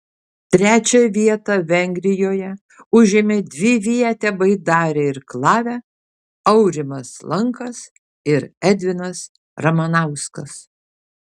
trečią vietą vengrijoje užėmė dvivietę baidarę irklavę aurimas lankas ir edvinas ramanauskas